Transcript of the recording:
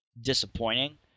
disappointing